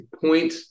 point